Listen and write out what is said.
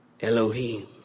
Elohim